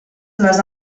les